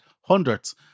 hundreds